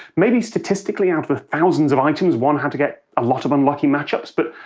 maybe, statistically, out of the thousands of items, one had to get a lot of unlucky matchups? but,